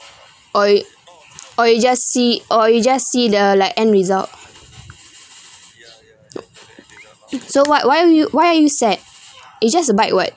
oh you oh you just see oh you just see the like end result so what why were you why are you sad it just a bike [what]